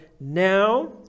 now